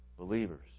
believers